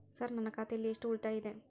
Sir ನನ್ನ ಖಾತೆಯಲ್ಲಿ ಎಷ್ಟು ಉಳಿತಾಯ ಇದೆ?